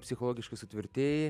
psichologiškai sutvirtėji